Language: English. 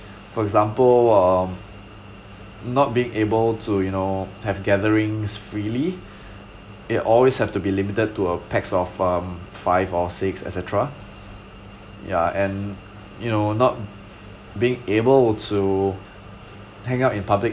for example um not being able to you know have gatherings freely it always have to be limited to a packs of um five or six et cetera ya and you know not being able to hang out in public